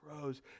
grows